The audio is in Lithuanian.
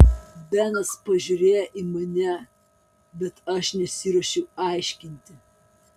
benas pažiūrėjo į mane bet aš nesiruošiau aiškinti